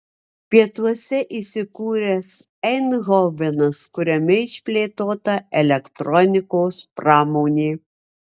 pietuose įsikūręs eindhovenas kuriame išplėtota elektronikos pramonė